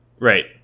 Right